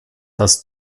das